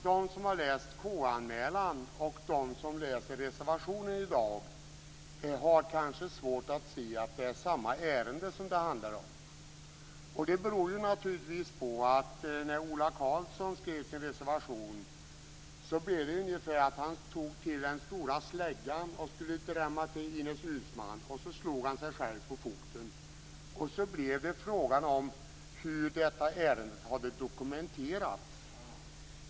De som har läst KU-anmälan och de som i dag läser reservationen har kanske svårt att se att det handlar om samma ärende. När Ola Karlsson skrev sin reservation tog han till storsläggan för att drämma till Ines Uusmann men han slog sig själv på foten. Då blev frågan hur detta ärende hade dokumenterats.